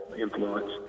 influence